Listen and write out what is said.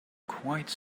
quite